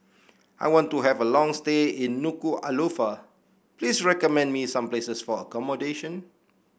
I want to have a long stay in Nuku'alofa please recommend me some places for accommodation